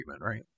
right